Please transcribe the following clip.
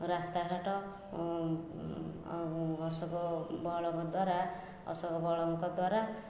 ରାସ୍ତା ଘାଟ ଅଶୋକ ବଳଙ୍କ ଦ୍ଵାରା ଅଶୋକ ବଳଙ୍କ ଦ୍ଵାରା